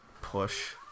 Push